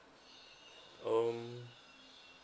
um